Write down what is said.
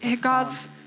God's